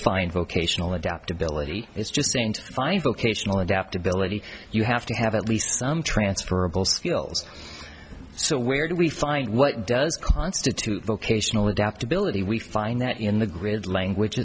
find vocational adaptability is just saying to find vocational adaptability you have to have at least some transferable skills so where do we find what does constitute vocational adaptability we find that in the grid language